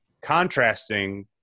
Contrasting